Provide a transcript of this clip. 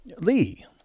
Lee